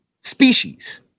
species